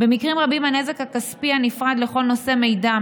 במקרים רבים הנזק הכספי הנפרד לכל נושא מידע,